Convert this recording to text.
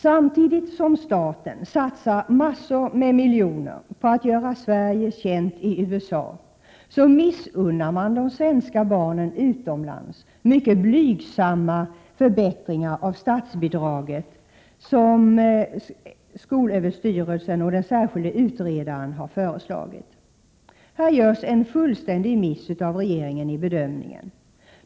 Samtidigt som staten satsar massor av miljoner på att göra Sverige känt i USA missunnar man de svenska barnen utomlands de mycket blygsamma förbättringar av statsbidraget som skolöverstyrelsen och den särskilde utredaren har föreslagit. Här är regeringens bedömning en fullständig miss.